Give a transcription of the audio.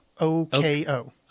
O-K-O